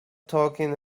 talking